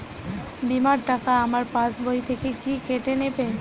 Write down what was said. বিমার টাকা আমার পাশ বই থেকে কি কেটে নেবে?